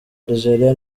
algeria